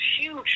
huge